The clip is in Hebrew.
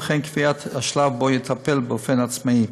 וכן קביעת השלב שבו יטפל באופן עצמאי,